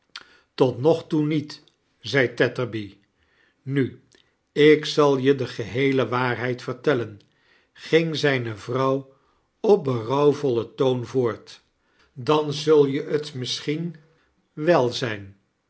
tot nog toe niet zei tetterby nu ik zal je de geheele waarheid vertellen ging zijne vrouw op berouwvollen toon voort dan zul je t misschiein wel zijn